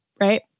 right